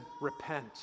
repent